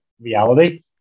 reality